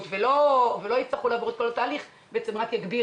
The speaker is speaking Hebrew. ולא יצטרכו לעבור את כל התהליך זה רק יגביר